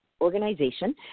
organization